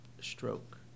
stroke